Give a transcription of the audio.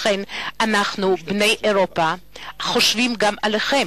לכן אנחנו, בני אירופה, ואני חושב שגם אתם,